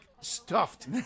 stuffed